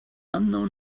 unknown